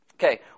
Okay